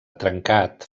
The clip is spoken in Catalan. trencat